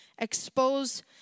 expose